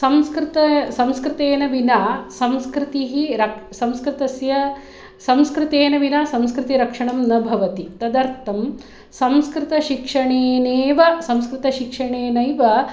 संस्कृत संस्कृतेन विना संस्कृतिः संस्कृतस्य संस्कृतेन विना संस्कृतिरक्षणं न भवति तदर्थं संस्कृतशिक्षणेनैव संस्कृतशिक्षणेनैव